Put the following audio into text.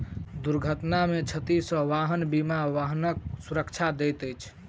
दुर्घटना में क्षति सॅ वाहन बीमा वाहनक सुरक्षा दैत अछि